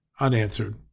unanswered